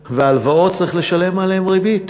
והלוואות, צריך לשלם עליהן ריבית.